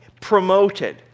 promoted